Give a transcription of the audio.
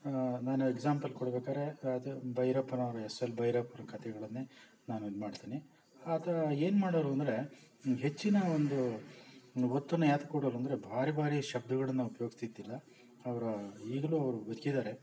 ನಾನು ಎಕ್ಸಾಂಪಲ್ ಕೊಡ್ಬೆಕಾದ್ರೆ ಅದೇ ಭೈರಪ್ಪನವರು ಎಸ್ ಎಲ್ ಭೈರಪ್ಪನ ಕತೆಗಳನ್ನೇ ನಾನು ಇದು ಮಾಡ್ತೀನಿ ಆತ ಏನ್ಮಾಡೋರು ಅಂದರೆ ಹೆಚ್ಚಿನ ಒಂದು ಒಂದು ಒತ್ತನ್ನು ಯಾತಕ್ಕೆ ಕೊಡೋರಂದರೆ ಭಾರಿ ಭಾರಿ ಶಬ್ದಗಳನ್ನು ಉಪಯೋಗ್ಸ್ತಿದ್ದಿಲ್ಲ ಅವರ ಈಗಲೂ ಅವ್ರು ಬದ್ಕಿದ್ದಾರೆ